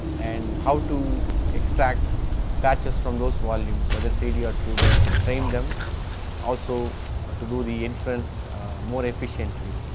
and how to extract patches from those volumes, whether three d or two d and train them also to do the influence more efficiently,